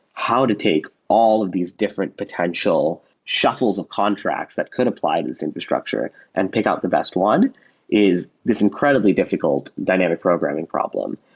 how to take all of these different potential shuttles of contracts that could apply to this infrastructure and pick out the best one is this incredibly difficult dynamic programming problem.